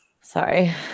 Sorry